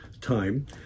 time